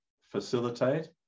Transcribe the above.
facilitate